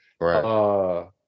Right